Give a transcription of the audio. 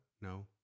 No